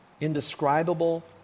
indescribable